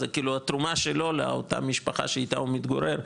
זה כאילו התרומה שלו לאותה משפחה שאיתה הוא מתגורר,